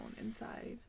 inside